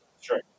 Sure